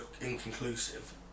inconclusive